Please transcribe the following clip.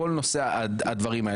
כל הדברים האלה,